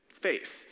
faith